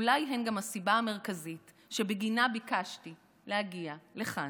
אולי הן גם הסיבה המרכזית שבגינה ביקשתי להגיע לכאן.